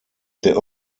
der